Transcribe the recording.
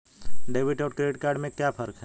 Debit और credit में क्या फर्क है?